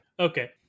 Okay